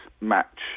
match